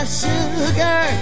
sugar